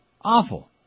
awful